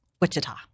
Wichita